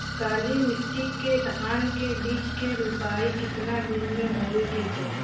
काली मिट्टी के धान के बिज के रूपाई कितना दिन मे होवे के चाही?